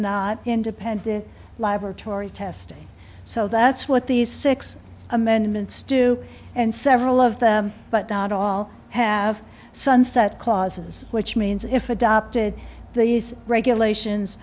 not independent laboratory testing so that's what these six amendments do and several of them but not all have sunset clauses which means if adopted these regulations